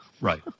Right